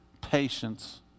Patience